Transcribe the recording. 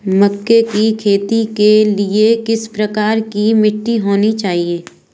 मक्के की खेती के लिए किस प्रकार की मिट्टी होनी चाहिए?